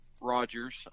Rogers